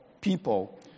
people